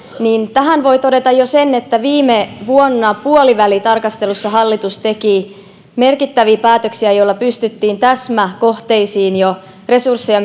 tähän voi todeta sen että jo viime vuonna puolivälitarkastelussa hallitus teki merkittäviä päätöksiä joilla pystyttiin täsmäkohteisiin resursseja